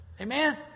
Amen